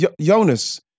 Jonas